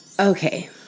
Okay